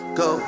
go